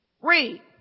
Read